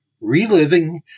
Reliving